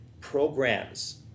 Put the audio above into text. programs